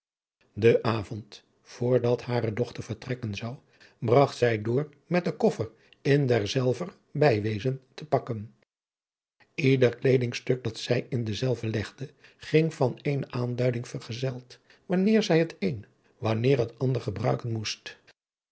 den avond voor dat hare dochter vertrekken zou bragt zij door adriaan loosjes pzn het leven van hillegonda buisman met den koffer in derzelver bijwezen te pakken ieder kleedingstuk dat zij in denzelven legde ging van eene aanduiding vergezeld wanneer zij het een wanneer het ander gebruiken moest